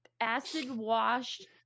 acid-washed